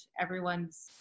everyone's